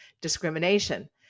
discrimination